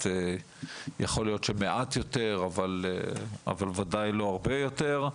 יכול להיות שמעט יותר, אבל בוודאי לא הרבה יותר.